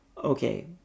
okay